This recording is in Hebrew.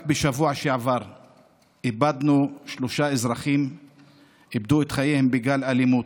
רק בשבוע שעבר איבדנו שלושה אזרחים שאיבדו את חייהם בגל אלימות: